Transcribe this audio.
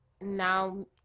now